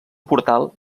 portal